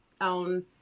on